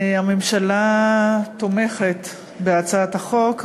הממשלה תומכת בהצעת החוק.